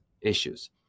issues